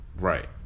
Right